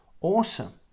awesome